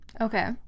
okay